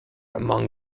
among